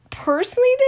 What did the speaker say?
personally